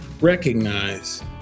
Recognize